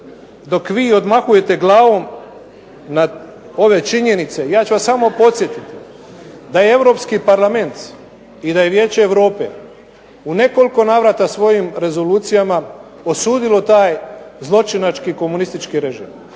dok vi odmahujete glavom nad ove činjenice, ja ću vas samo podsjetiti da je Europski Parlament, i da je Vijeće Europe u nekoliko navrata svojim rezolucijama osudilo taj zločinački komunistički režim,